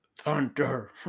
Thunder